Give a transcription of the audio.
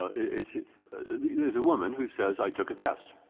it's there's a woman who says, i took a test,